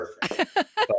perfect